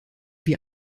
wir